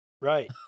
Right